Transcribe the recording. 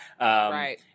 Right